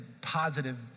positive